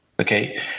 Okay